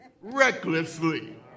recklessly